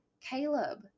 Caleb